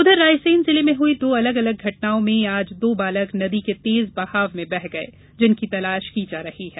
उधर रायसेन जिले में हुई दो अलग अलग घटनाओं में आज दो बालक नदी के तेज बहाव में बह गये जिनकी तलाश की जा रही है